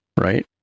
right